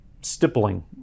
stippling